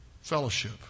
fellowship